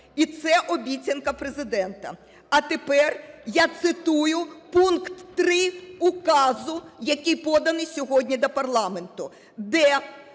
І це обіцянка Президента. А тепер я цитую пункт 3 указу, який поданий сьогодні до парламенту,